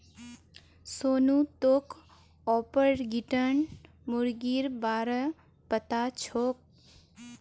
सोनू तोक ऑर्पिंगटन मुर्गीर बा र पता छोक